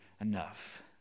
enough